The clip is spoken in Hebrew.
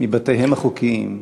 מבתיהם החוקיים.